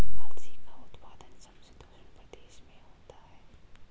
अलसी का उत्पादन समशीतोष्ण प्रदेश में होता है